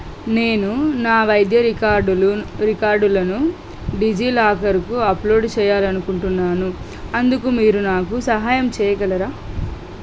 నేను నా వైద్య రికార్డ్లు రికార్డులను డిజిలాకర్కు అప్లోడ్ చేయాలని అనుకుంటున్నాను అందుకు మీరు నాకు సహాయం చేయగలరా